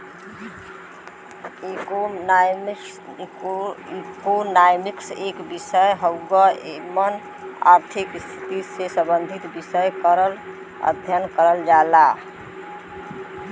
economics एक विषय हउवे एमन आर्थिक स्थिति से सम्बंधित विषय क अध्ययन करल जाला